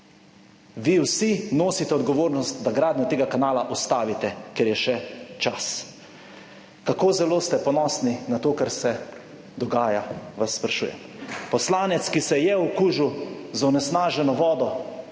vi vsi nosite odgovornost, da gradnjo tega kanala ustavite, ker je še čas. Kako zelo ste ponosni na to, kar se dogaja, vas sprašujem, poslanec, ki se je okužil z onesnaženo vodo,